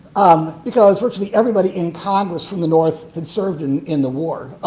um because virtually everybody in congress from the north had served in in the war,